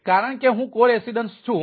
કારણ કે હું કો રેસિડેન્સ છું